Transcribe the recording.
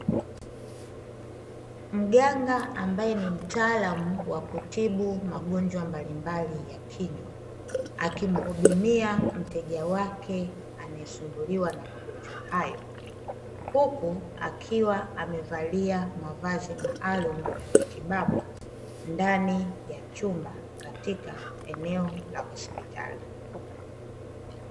Mganga ambaye ni mtaalamu wa kutibu magonjwa mbalimbali ya kinywa, akimhudumia mteja wake anayesumbuliwa na magonjwa hayo, huku akiwa amevalia mavazi maalumu ya matibabu, ndani ya chumba katika eneo la hospitali.